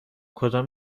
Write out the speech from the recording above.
کدام